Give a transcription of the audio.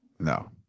No